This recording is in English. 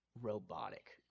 robotic